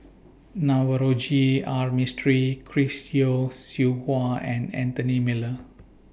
Navroji R Mistri Chris Yeo Siew Hua and Anthony Miller